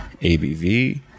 ABV